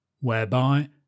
whereby